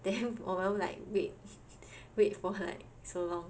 then although like wait wait for like so long